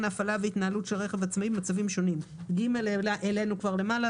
ההפעלה וההתנהלות של הרכב העצמאי במצבים שונים; את (ג) העלינו למעלה,